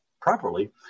properly